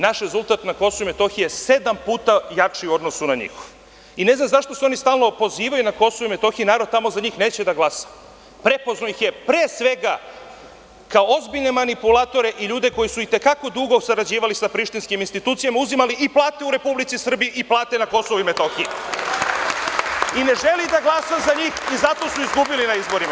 Naš rezultat na KiM je sedam puta jači u odnosu na njihov i ne znam zašto se oni stalno pozivaju na KiM, narod tamo za njih neće da glasa, prepoznao ih je, pre svega, kao ozbiljne manipulatore i ljude koji su itekako dugo sarađivali sa prištinskim institucijama, uzimali i plate u Republici Srbiji i plate na KiM i ne žele da glasaju za njih zato su izgubili na izborima.